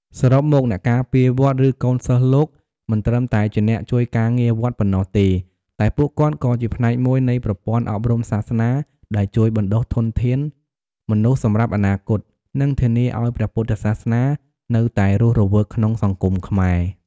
សរុបមក អ្នកការពារវត្ត ឬកូនសិស្សលោក មិនត្រឹមតែជាអ្នកជួយការងារវត្តប៉ុណ្ណោះទេ តែពួកគាត់ក៏ជាផ្នែកមួយនៃប្រព័ន្ធអប់រំសាសនាដែលជួយបណ្ដុះធនធានមនុស្សសម្រាប់អនាគត និងធានាឱ្យព្រះពុទ្ធសាសនានៅតែរស់រវើកក្នុងសង្គមខ្មែរ។